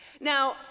Now